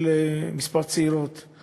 לכך